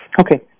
Okay